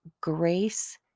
grace